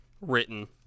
written